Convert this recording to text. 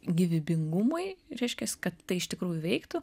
gyvybingumui reiškias kad tai iš tikrųjų veiktų